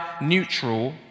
neutral